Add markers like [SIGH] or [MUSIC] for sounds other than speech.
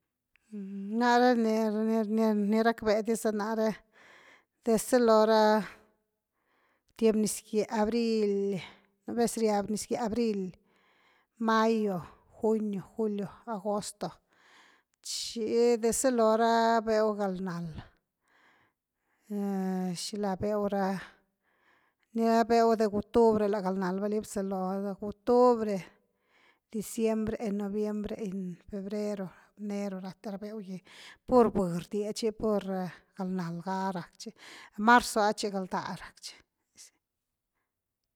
Nare [HESITATION] ni-ni-ni rakvea diza nare dezalora’ tiem nizgie abril, nu vezriab nizgie abril, mayo, junio, julio, agosto, chi desalo ra beuu galnal aa shila beuu ra ni beu de octubre la galnal bili bzalo octubre, diciembre, en noviembre, en febrero, enero rate ra beugi pur bïï rdiechi pur galnal ga rak chi, marzo ah chi galnda rak chi.